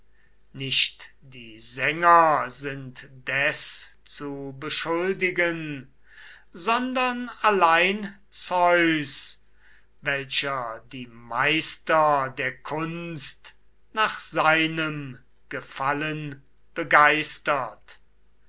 nicht die sänger sind des zu beschuldigen sondern allein zeus welcher die meister der kunst nach seinem gefallen begeistert